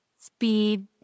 speed